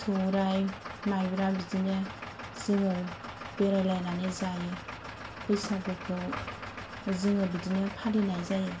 सौराइ माइब्रा बिदिनो जोङो बेरायलायनानै जायो बैसागुखौ जोङो बिदिनो फालिनाय जायो